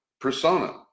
persona